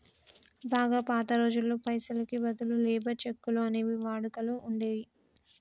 బాగా పాత రోజుల్లో పైసలకి బదులు లేబర్ చెక్కులు అనేవి వాడుకలో ఉండేయ్యి